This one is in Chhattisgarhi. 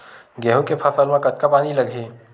गेहूं के फसल म कतका पानी लगही?